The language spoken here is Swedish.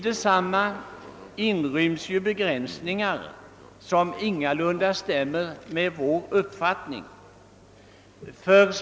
Förslaget innehåller begränsningar, som ingalunda står i överensstämmelse med vår uppfattning.